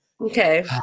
Okay